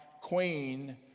queen